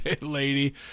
lady